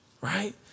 Right